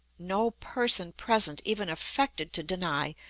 no person present even affected to deny,